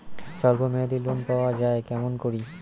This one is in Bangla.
স্বল্প মেয়াদি লোন পাওয়া যায় কেমন করি?